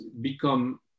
become